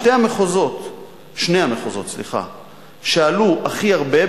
שני המחוזות שעלו הכי הרבה,